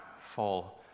fall